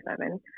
seven